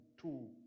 two